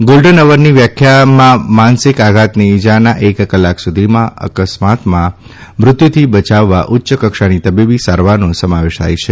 golden અવરની વ્યાખ્યામાં માનસિક આઘાતની ઈજાના એક કલાક સુધીમાં અકસ્માતમાં મૃત્યુથી બચાવવા ઉચ્ય કક્ષાની તબીબી સારવારનો સમાવેશ થાય છે